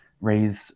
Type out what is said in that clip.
raise